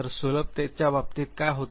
तर सुलभतेच्या बाबतीत काय होते